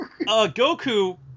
Goku